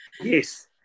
Yes